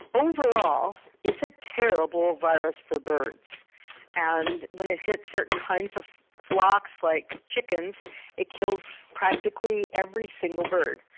overall it's a terrible virus for birds and when it hits certain kinds of flocks like chickens it kills practically every single bird.